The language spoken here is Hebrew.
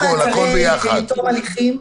גם מעצרים עד תום ההליכים.